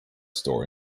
store